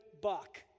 buck